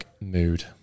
mood